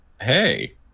hey